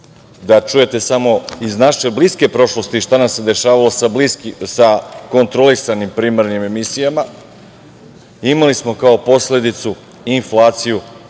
da čujete samo iz naše bliske prošlosti šta nam se dešavalo sa kontrolisanim primarnim emisijama, imali smo kao posledicu inflaciju,